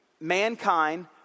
mankind